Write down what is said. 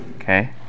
okay